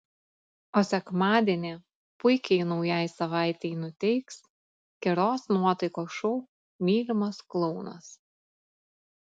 o sekmadienį puikiai naujai savaitei nuteiks geros nuotaikos šou mylimas klounas